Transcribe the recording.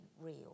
real